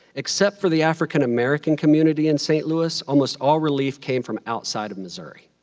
except for the african american community in st. louis, almost all relief came from outside of missouri.